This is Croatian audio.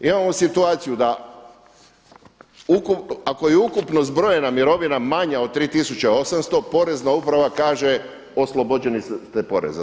Imamo situaciju da ako je ukupno zbrojena mirovina manja od 3800, porezna uprava kaže oslobođeni ste poreza.